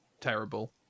terrible